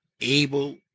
able